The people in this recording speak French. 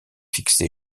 fixé